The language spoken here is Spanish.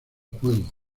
juego